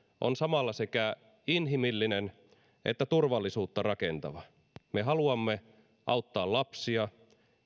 on samalla sekä inhimillinen että turvallisuutta rakentava me haluamme auttaa lapsia